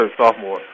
sophomore